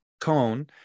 cone